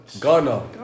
Ghana